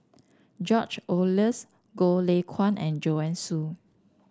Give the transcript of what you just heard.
George Oehlers Goh Lay Kuan and Joanne Soo